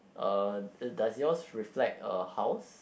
uh does yours reflect a house